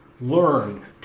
learn